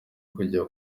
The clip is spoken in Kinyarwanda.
kujya